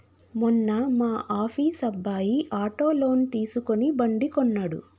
మొన్న మా ఆఫీస్ అబ్బాయి ఆటో లోన్ తీసుకుని బండి కొన్నడు